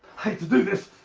hate to do this,